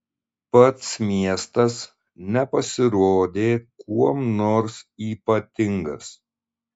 pats miestas nepasirodė kuom nors ypatingas